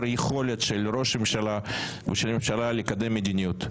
יכולת של ראש הממשלה ושל הממשלה לקדם מדיניות,